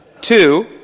Two